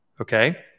Okay